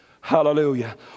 Hallelujah